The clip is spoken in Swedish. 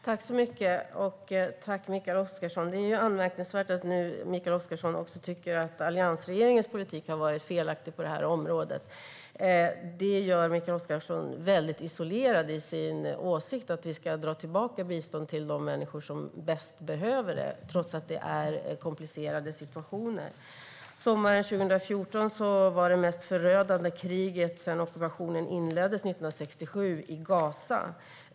Herr talman! Tack, Mikael Oscarsson! Det är anmärkningsvärt att Mikael Oscarsson också tycker att alliansregeringens politik har varit felaktig på det här området. Det gör Mikael Oscarsson väldigt isolerad i sin åsikt att vi ska dra tillbaka biståndet till de människor som bäst behöver det, trots att det är komplicerade situationer. Sommaren 2014 var det det mest förödande kriget sedan ockupationen inleddes 1967 i Gasa.